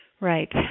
Right